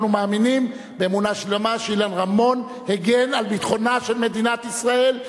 אנחנו מאמינים באמונה שלמה שאילן רמון הגן על ביטחונה של מדינת ישראל.